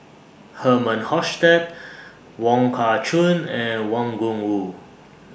Herman Hochstadt Wong Kah Chun and Wang Gungwu